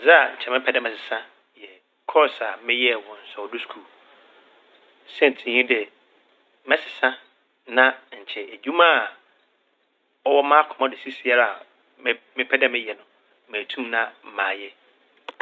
Dza nkyɛ mebɛpɛ dɛ mɛsesa yɛ kɔɔs a meyɛɛ wɔ nsɔwdo skuul. Saintsir nye dɛ mɛsesa na nkyɛ edwuma a ɔwɔ m'akoma do siesiera a me-mepɛ dɛ meyɛ no metum na mayɛ.